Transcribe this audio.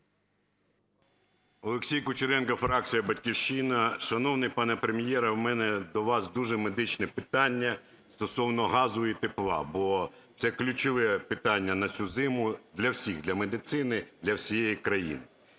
Олексій Кучеренко, фракція "Батьківщина". Шановний пане Прем'єре, в мене до вас дуже медичне питання стосовно газу і тепла, бо це ключове питання на цю зиму для всіх, для медицини, для всієї країни.